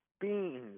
beans